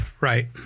Right